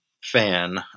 fan